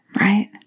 right